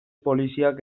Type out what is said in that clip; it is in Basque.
poliziak